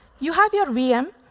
you have your vm.